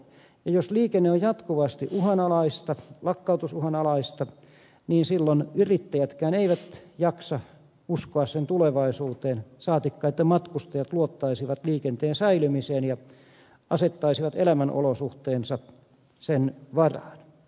jos liikenne on jatkuvasti uhanalaista lakkautusuhan alaista niin silloin yrittäjätkään eivät jaksa uskoa sen tulevaisuuteen saatikka että matkustajat luottaisivat liikenteen säilymiseen ja asettaisivat elämänolosuhteensa sen varaan